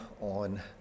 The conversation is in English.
on